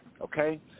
Okay